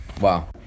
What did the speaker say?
Wow